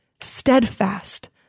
steadfast